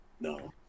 No